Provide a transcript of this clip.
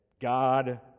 God